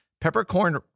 peppercorn